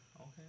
Okay